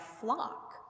flock